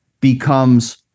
becomes